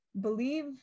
believe